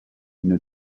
une